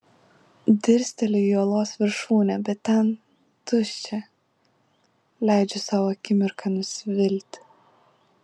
dirsteliu į uolos viršūnę bet ten tuščia leidžiu sau akimirką nusivilti